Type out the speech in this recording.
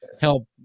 help